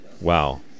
wow